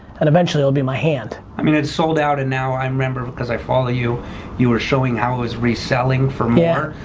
and eventually it'll be my hand. i mean it's sold out and now i um remember but as i follow you you were showing how it was reselling for yeah